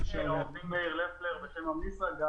כשאנחנו מחמירים את הרף על ידי המילים "כל שניתן",